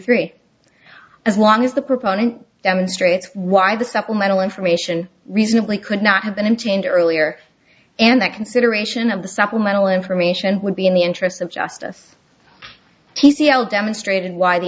three as long as the proponent demonstrates why the supplemental information recently could not have been changed earlier and that consideration of the supplemental information would be in the interests of justice he l demonstrated why the